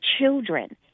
children